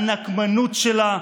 הנקמנות שלה,